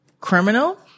criminal